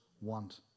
want